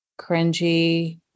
cringy